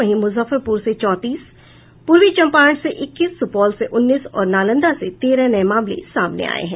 वहीं मुजफ्फरपुर से चौतीस पूर्वी चंपारण से इक्कीस सुपौल से उन्नीस और नालंदा से तेरह नये मामले सामने आये हैं